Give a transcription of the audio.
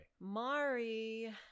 Mari